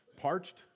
parched